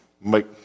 make